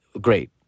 Great